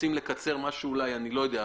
רוצים לקצר משהו אולי אני לא יודע,